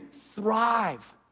thrive